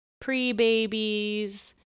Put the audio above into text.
pre-babies